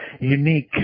unique